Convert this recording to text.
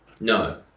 No